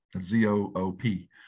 Z-O-O-P